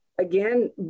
again